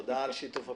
תודה על שיתוף הפעולה.